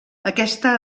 aquesta